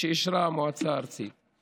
שאישרה המועצה הארצית.